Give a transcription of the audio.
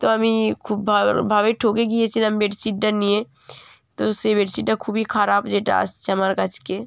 তো আমি খুব ভাবে ঠকে গিয়েছিলাম বেডশিটটা নিয়ে তো সেই বেডশিটটা খুবই খারাপ যেটা আসছে আমার কাছকে